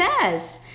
says